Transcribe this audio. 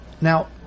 Now